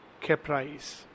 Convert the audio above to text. caprice